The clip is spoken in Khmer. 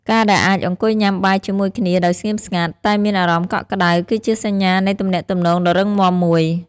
ការដែលអាចអង្គុយញ៉ាំបាយជាមួយគ្នាដោយស្ងៀមស្ងាត់ តែមានអារម្មណ៍កក់ក្ដៅ គឺជាសញ្ញានៃទំនាក់ទំនងដ៏រឹងមាំមួយ។